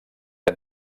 que